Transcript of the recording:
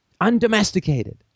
undomesticated